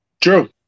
True